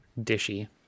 dishy